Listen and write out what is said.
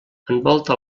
envolta